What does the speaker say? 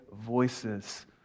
voices